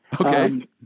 Okay